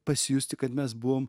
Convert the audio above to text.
pasijusti kad mes buvom